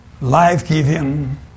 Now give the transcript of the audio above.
life-giving